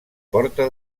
porta